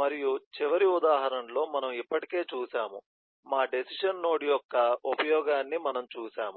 మరియు చివరి ఉదాహరణలో మనము ఇప్పటికే చూశాము మా డెసిషన్ నోడ్ యొక్క ఉపయోగాన్ని మనము చూశాము